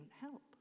help